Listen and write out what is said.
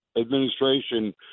administration